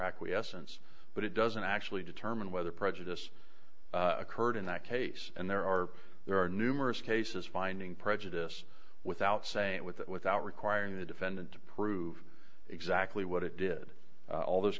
acquiescence but it doesn't actually determine whether prejudice occurred in that case and there are there are numerous cases finding prejudice without saying it with it without requiring the defendant to prove exactly what it did all those